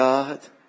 God